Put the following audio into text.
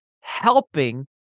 Helping